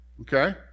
okay